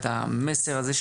את המסר הזה,